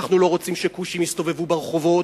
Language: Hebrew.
אנחנו לא רוצים שכושים יסתובבו ברחובות,